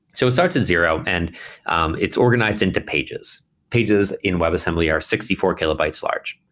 so it starts at zero and um it's organized into pages. pages in webassembly are sixty four kilobytes large.